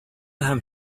һәм